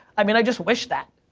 i mean i just wish that.